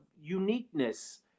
uniqueness